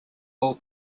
ball